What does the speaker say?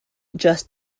just